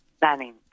planning